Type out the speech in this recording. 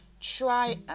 try